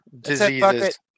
Diseases